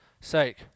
sake